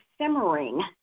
simmering